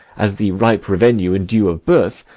as the ripe revenue and due of birth,